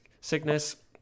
sickness